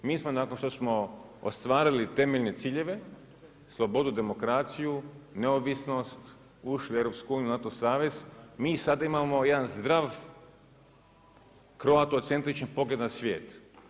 Mi smo nakon što smo ostvarili temeljne ciljeve, slobodu, demokraciju, neovisnost, ušli u EU, NATO savez, mi sada imamo jedan zdrav kroatocentrični pogled na svijet.